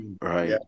right